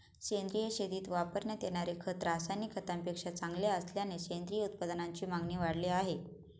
सेंद्रिय शेतीत वापरण्यात येणारे खत रासायनिक खतांपेक्षा चांगले असल्याने सेंद्रिय उत्पादनांची मागणी वाढली आहे